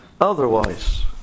otherwise